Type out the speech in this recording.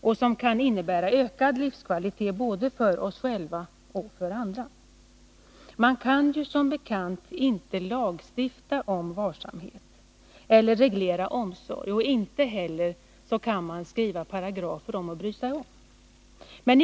och som kan innebära ökad livskvalitet både för oss själva och för andra. Man kan som bekant inte lagstifta om varsamhet eller reglera omsorg och inte heller skriva paragrafer om att bry sig om.